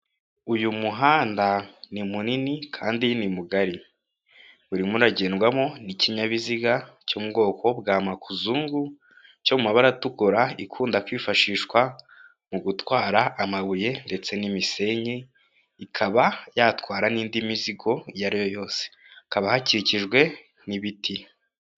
Uyu muhanda ni munini kandi ni mugari. Urimo uragendwamo n'ikinyabiziga cyo mu bwoko bwa makuzungu, cyo mu mabara atukura ikunda kwifashishwa mu gutwara amabuye ndetse n'imisenyi, ikaba yatwara n'indi mizigo iyo ariyo yose. Hakaba hakikijwe n'ibiti.